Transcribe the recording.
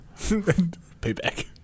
Payback